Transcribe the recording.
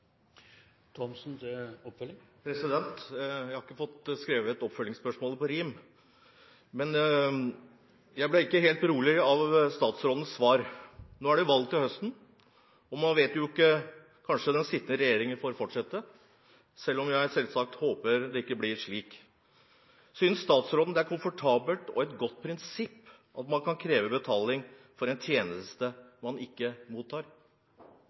Jeg har ikke fått skrevet oppfølgingsspørsmålet på rim – og jeg ble ikke helt beroliget av statsrådens svar. Nå er det valg til høsten, og man vet ikke: Kanskje den sittende regjeringen får fortsette? Jeg håper selvsagt ikke at det blir slik. Er statsråden komfortabel med og synes hun det er et godt prinsipp at man kan kreve betaling for en tjeneste man ikke mottar?